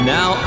Now